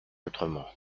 autrement